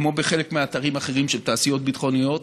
כמו בחלק מאתרים אחרים של תעשיות ביטחוניות